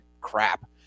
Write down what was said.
crap